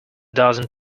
dozen